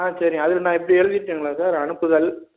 ஆ சரிங்க அதுக்கு நான் இப்படி எழுதிட்டுங்களா சார் அனுப்புதல்